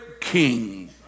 king